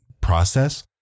process